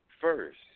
First